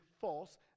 false